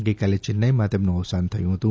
ગઇરાત્રે ચેન્નાઇમાં તેમનુ અવસાન થયુ હતુ